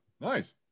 nice